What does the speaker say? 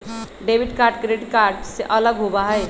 debit card credit card से अलग होबा हई